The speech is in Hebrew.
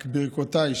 ברכותיי.